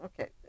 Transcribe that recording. Okay